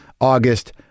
August